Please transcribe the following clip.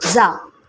जा